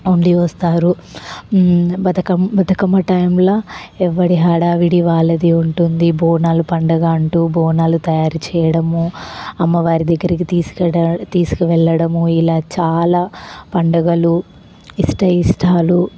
ఉండి వస్తారు బతుకమ్మ బతుకమ్మ టైమ్లా ఎవరి హడావిడి వాళ్ళదే ఉంటుంది బోనాల పండుగ అంటు బోనాలు తయారు చేయడము అమ్మవారి దగ్గరకి తీసుకు తీసుకువెళ్ళడం ఇలా చాలా పండుగలు ఇష్ట ఇష్టాలు